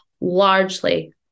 largely